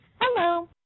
Hello